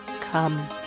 Come